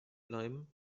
bleiben